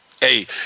Hey